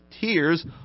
tears